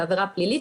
זו עבירה מנהלית.